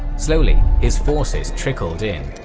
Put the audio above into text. slowly, his forces trickled in,